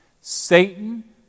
Satan